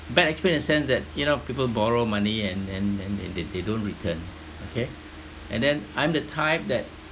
bad experience sense that you know people borrow money and and then they they don't return okay and then I'm the type that